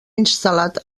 instal·lat